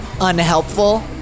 unhelpful